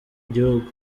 gihugu